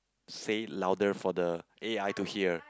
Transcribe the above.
say it louder for the A_I to hear